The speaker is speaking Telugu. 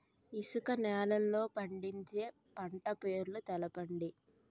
ఇసుక నేలల్లో పండించే పంట పేర్లు తెలపండి?